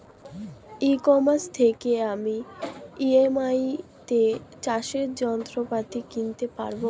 ই commerce থেকে আমি EMI তে চাষে জিনিসপত্র কিনতে পারব?